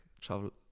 travel